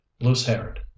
loose-haired